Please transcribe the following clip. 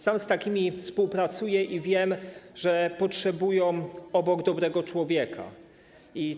Sam z takimi współpracuję i wiem, że potrzebują one dobrego człowieka obok.